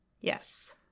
Yes